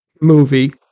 movie